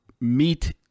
meet